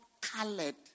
colored